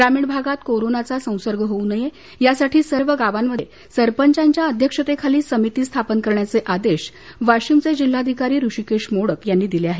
ग्रामीण भागात कोरोनाचा संसर्ग होवू नये या साठी सर्व गावांमध्ये सरपंचांच्या अध्यक्षतेखाली समिती स्थापन करण्याचे आदेश वाशीमचे जिल्हाधिकारी हृषीकेश मोडक यांनी दिले आहेत